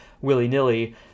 willy-nilly